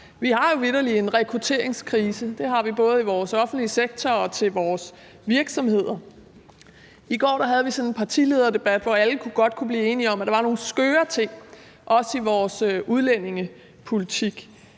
Vi har jo vitterlig en rekrutteringskrise. Det har vi både i vores offentlige sektor og i vores virksomheder. I går havde vi sådan en partilederdebat, hvor alle godt kunne blive enige om, at der var nogle ting, også i vores udlændingepolitik.